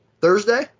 Thursday